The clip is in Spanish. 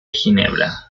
ginebra